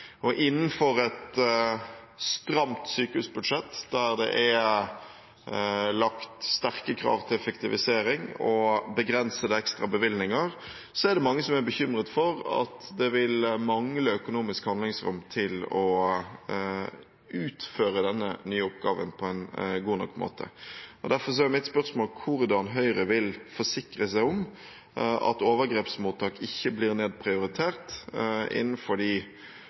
oppgaven. Innenfor et stramt sykehusbudsjett, der det er lagt sterke krav til effektivisering og begrensede ekstra bevilgninger, er det mange som er bekymret for at det vil mangle økonomisk handlingsrom til å utføre denne nye oppgaven på en god nok måte. Derfor er mitt spørsmål hvordan Høyre vil forsikre seg om at overgrepsmottak ikke blir nedprioritert innenfor de